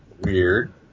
Weird